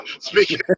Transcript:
speaking